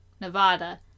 Nevada